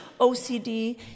OCD